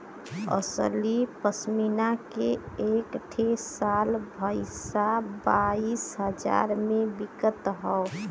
असली पश्मीना के एक ठे शाल बाईस बाईस हजार मे बिकत हौ